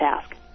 task